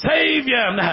Savior